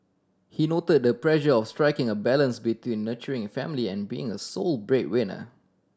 he noted the pressure of striking a balance between nurturing a family and being a sole breadwinner